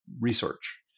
research